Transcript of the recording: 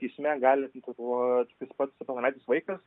teisme gali tik jis pats pilnametis vaikas